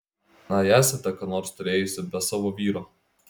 ai esate ką nors turėjusi be savo vyro